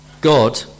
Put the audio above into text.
God